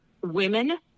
women